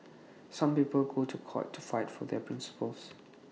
some people go to court to fight for their principles